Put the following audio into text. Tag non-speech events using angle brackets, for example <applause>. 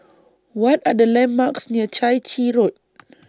What Are The landmarks near Chai Chee Road <noise>